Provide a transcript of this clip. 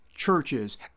churches